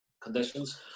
Conditions